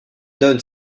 donne